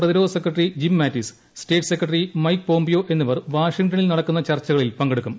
പ്രതിരോധ secretary Jim Mattis state secretary Mike Pompeo എന്നിവർ വാഷിംഗ്ടണിൽ നടക്കുന്ന ചർച്ചകളിൽ പങ്കെടുക്കും